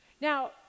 Now